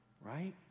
right